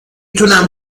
تونم